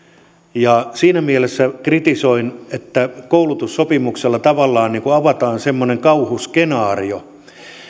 siinä mielessä kritisoin sitä että koulutussopimuksella tavallaan avataan semmoinen kauhuskenaario